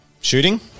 shooting